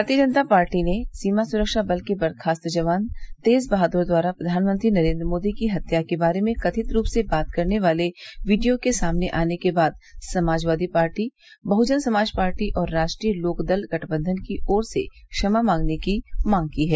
भारतीय जनता पार्टी ने सीमा सुरक्षा बल के बर्खास्त जवान तेज बहादुर द्वारा प्रधानमंत्री नरेन्द्र मोदी की हत्या के बारे में कथित रूप से बात करने वाले वीडियो के सामने आने के बाद समाजवादी पार्टी बहुजन समाज पार्टी और राष्ट्रीय लोकदल गठबंधन की ओर से क्षमा मांगने की मांग की है